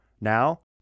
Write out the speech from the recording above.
Now